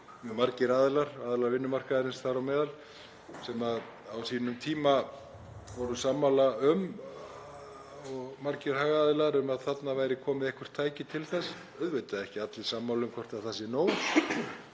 mjög margir aðilar, aðilar vinnumarkaðarins þar á meðal sem á sínum tíma voru sammála um, og margir hagaðilar, að þarna væri komið eitthvert tæki til þess, auðvitað ekki allir sammála um hvort það sé nóg